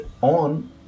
on